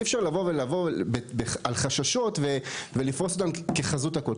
אי אפשר לבוא ולבוא על חששות ולפרוש אותן כחזות הכל.